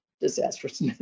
disastrous